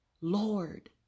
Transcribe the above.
Lord